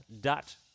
dot